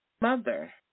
mother